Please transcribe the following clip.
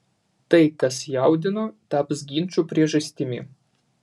tai kas jaudino taps ginčų priežastimi